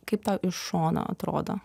kaip tau iš šono atrodo